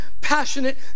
passionate